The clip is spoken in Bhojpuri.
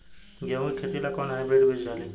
गेहूं के खेती ला कोवन हाइब्रिड बीज डाली?